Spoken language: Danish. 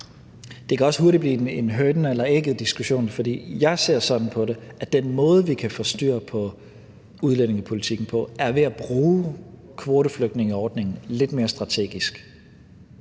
Det kan også hurtigt blive en diskussion om hønen og ægget. Jeg ser sådan på det, at den måde, vi kan få styr på udlændingepolitikken på, er ved at bruge kvoteflygtningeordningen lidt mere strategisk.